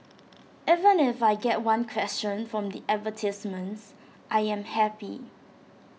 even if I get one question from the advertisements I am happy